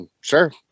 sure